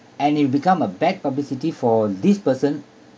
and it'd become a bad publicity for this person